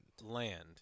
land